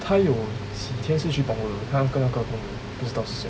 他有几天是去 punggol 的他跟那个朋友不知道是谁